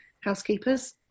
housekeepers